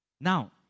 Now